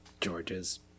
Georges